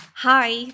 Hi